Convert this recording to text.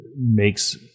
makes